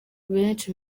benshi